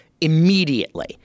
immediately